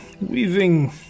weaving